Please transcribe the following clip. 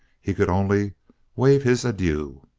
he could only wave his adieu.